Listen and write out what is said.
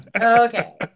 okay